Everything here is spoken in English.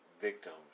victims